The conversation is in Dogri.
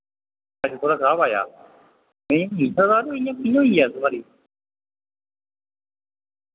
अच्छा थुआढ़ा खराब आया नेईं खराब इय्यां कि'यां होइया इस बारी